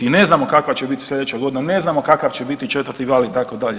Ne znamo kakva će biti sljedeća godina, ne znamo kakav će biti četvrti val itd.